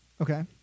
Okay